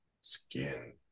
skin